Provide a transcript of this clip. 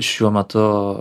šiuo metu